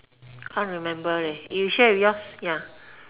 can't remember leh you share yours ya